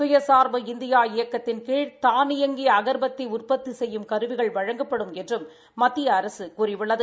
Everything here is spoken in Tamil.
சுயசா்பு இந்தியா இயக்கத்தின்கீழ் தானியங்கி அக்பத்தி உற்பத்தி செய்யும் கருவிகள் வழங்கப்படும் என்றும் மத்திய அரசு கூறியுள்ளது